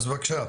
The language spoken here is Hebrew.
אז בבקשה.